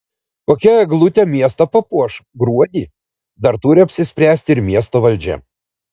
kokia eglutė miestą papuoš gruodį dar turi apsispręsti ir miesto valdžia